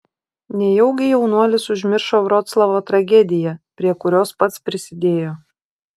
nejaugi jaunuolis užmiršo vroclavo tragediją prie kurios pats prisidėjo